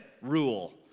rule